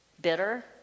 bitter